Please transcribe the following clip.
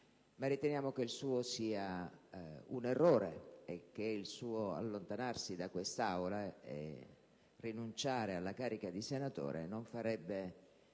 ma riteniamo che il suo sia un errore e che il suo allontanarsi da questa Aula e rinunciare alla carica di senatore non farebbe